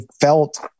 felt